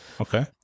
Okay